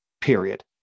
Period